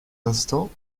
instant